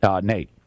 Nate